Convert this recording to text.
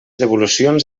devolucions